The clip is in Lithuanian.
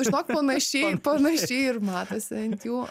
žinok panašiai panašiai ir matosi ant jų